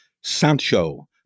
Sancho